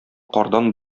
кардан